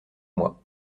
moi